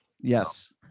Yes